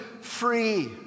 free